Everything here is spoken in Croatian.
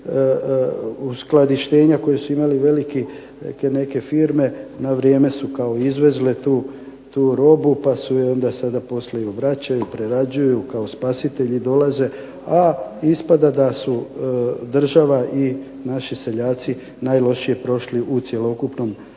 skladištenja koje su imali velike neke firme na vrijeme su kao izvezle tu robu pa ju sada onda poslije vraćaju, prerađuju, kao spasitelji dolaze a ispada da su država i naši seljaci najlošije prošli u cjelokupnoj ovoj